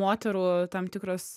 moterų tam tikros